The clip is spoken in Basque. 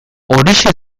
horixe